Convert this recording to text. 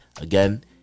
again